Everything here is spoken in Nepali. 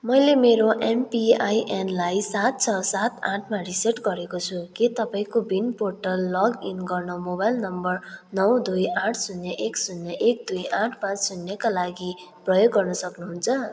मैले मेरो एमपिआइएनलाई सात छ सात आठमा रिसेट गरेको छु के तपाईँँ कोविन पोर्टल लग इन गर्न मोबाइल नम्बर नौ दुई आठ शून्य एक शून्य एक दुई आठ पाँच शून्यका लागि प्रयोग गर्न सक्नुहुन्छ